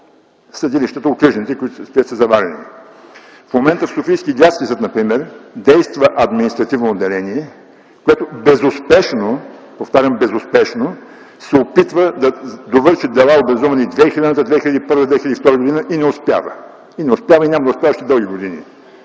съдилища, които са заварени. В момента в Софийски градски съд например действа административно отделение, което безуспешно, повтарям безуспешно, се опитва да довърши дела, образувани 2000, 2001, 2002 г., не успява и не успява! И няма да успява още дълги години.